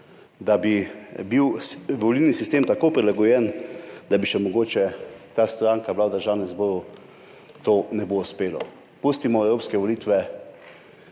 da bi bil volilni sistem tako prilagojen, da bi še mogoče ta stranka bila v Državnem zboru, to ne bo uspelo. Pustimo evropske volitve,